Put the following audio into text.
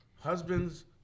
husband's